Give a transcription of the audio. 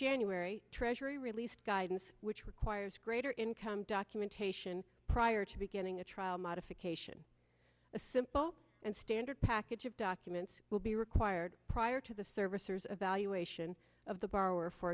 january treasury released guidance which requires greater income documentation prior to beginning a trial modification a simple and standard package of documents will be required prior to the servicers of valuation of the borrower for